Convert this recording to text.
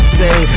say